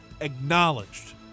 acknowledged